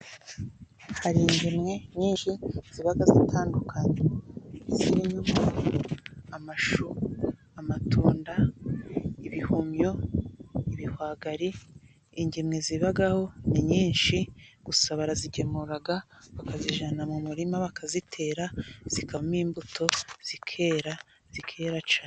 Hari ingemwe nyinshi ziba zitandukanye zirimo amashu, amatunda, ibihumyo, ibihwagari. Ingemwe zibaho ni nyinshi gusa barazigemura bakazijyana mu murima bakazitera zikamo imbuto zikera zikera cyane.